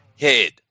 head